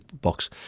box